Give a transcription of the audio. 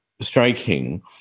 striking